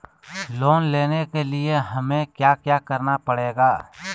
Loan लेने के लिए हमें क्या क्या करना पड़ेगा?